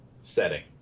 setting